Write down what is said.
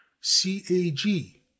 C-A-G